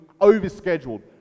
overscheduled